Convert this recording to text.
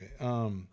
Okay